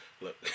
Look